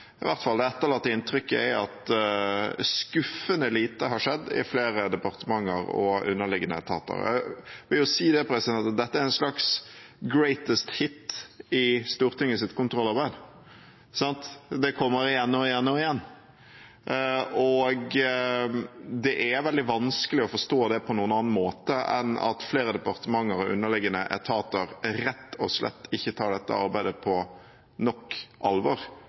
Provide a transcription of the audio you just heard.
skuffende lite har skjedd i flere departementer og underliggende etater. Jeg vil si at dette er en slags «greatest hit» i Stortingets kontrollarbeid, det kommer igjen og igjen og igjen, og det er veldig vanskelig å forstå det på noen annen måte enn at flere departementer og underliggende etater rett og slett ikke tar dette arbeidet på nok alvor,